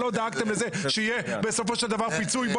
לא דאגתם לזה שיהיה בסופו של דבר פיצוי כמו